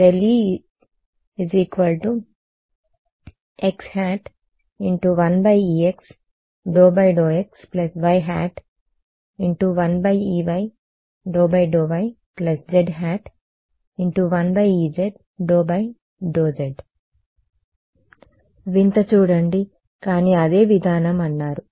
ex1ex∂∂xy1ey∂∂yz1ez∂∂z వింత చూడండి కానీ అదే విధానం అన్నారు